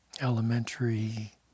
elementary